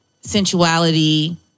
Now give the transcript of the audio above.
sensuality